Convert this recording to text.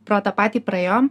pro tą patį praėjom